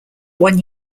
one